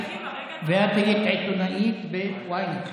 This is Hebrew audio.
ואת היית עיתונאית ב-ynet?